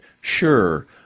Sure